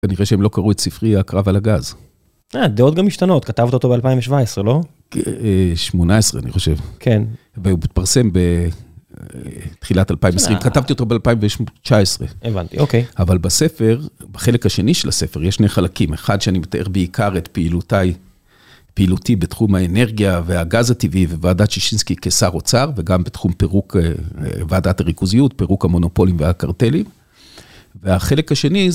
כנראה שהם לא קראו את ספרי הקרב על הגז. דעות גם משתנות, כתבת אותו ב-2017, לא? 18, אני חושב. כן. והוא התפרסם בתחילת 2020, כתבתי אותו ב-2019. הבנתי, אוקיי. אבל בספר, בחלק השני של הספר, יש שני חלקים. אחד שאני מתאר בעיקר את פעילותי בתחום האנרגיה והגז הטבעי, וועדת שישינסקי כשר אוצר, וגם בתחום פירוק ועדת הריכוזיות, פירוק המונופולים והקרטלים. והחלק השני,